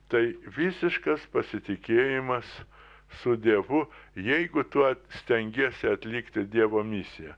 tai visiškas pasitikėjimas su dievu jeigu tu stengiesi atlikti dievo misiją